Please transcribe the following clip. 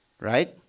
right